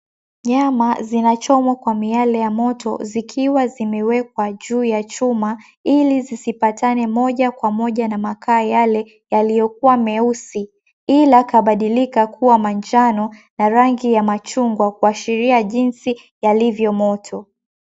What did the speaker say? Nyama zinachomwa kwa miale ya moto, zikiwa zimewekwa juu ya chuma ili zisipatane moja kwa moja na makaa yale yaliyokuwa meusi ila kabadilika kuwa manjano na rangi ya machungwa kuashiria jinsi yalivyo moto.